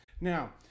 Now